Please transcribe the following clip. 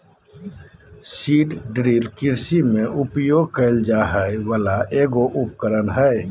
seed drill कृषि में उपयोग कइल जाय वला एगो उपकरण हइ